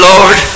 Lord